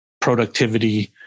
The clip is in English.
productivity